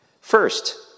First